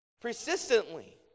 Persistently